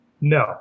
No